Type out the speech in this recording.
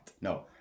No